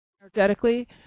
energetically